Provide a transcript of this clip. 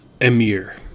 Emir